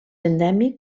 endèmic